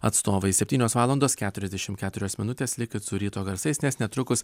atstovais septynios valandos keturiasdešimt keturios minutės likit su ryto garsais nes netrukus